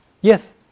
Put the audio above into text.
Yes